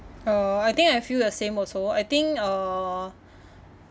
uh I think I feel the same also I think uh